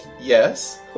Yes